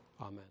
amen